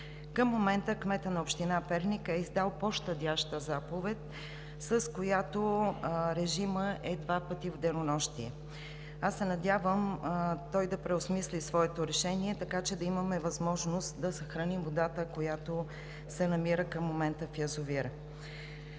на града. Кметът на община Перник е издал по-щадяща заповед, с която режимът е два пъти в денонощието. Аз се надявам той да преосмисли своето решение, така че да имаме възможност да съхраним водата, която се намира към момента в язовира.